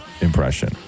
impression